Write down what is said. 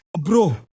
bro